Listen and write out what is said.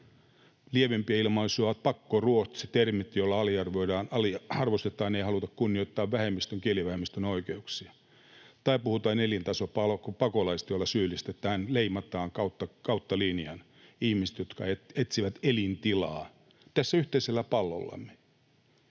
Lievempiä ilmaisuja ovat termit kuten ”pakkoruotsi”, jolla aliarvioidaan, aliarvostetaan ja ei haluta kunnioittaa kielivähemmistön oikeuksia. Tai puhutaan ”elintasopakolaisista”, jolla syyllistetään ja leimataan kautta linjan ihmisiä, jotka etsivät elintilaa tässä yhteisellä pallollamme.